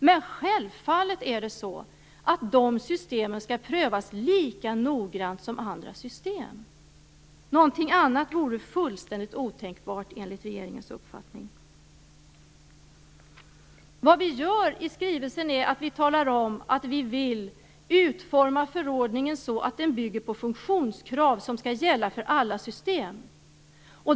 Men självfallet skall de systemen prövas lika noggrant som andra system! Något annat vore otänkbart, enligt regeringens uppfattning. I skrivelsen talar vi om att vi vill utforma förordningen så att den bygger på funktionskrav som skall gälla för alla system.